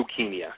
leukemia